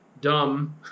dumb